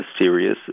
serious